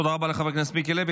תודה רבה לחבר הכנסת מיקי לוי.